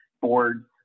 boards